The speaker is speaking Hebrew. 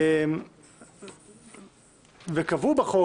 וקבעו בחוק,